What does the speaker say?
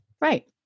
Right